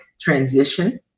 transition